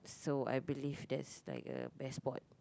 so I believe that's like a best spot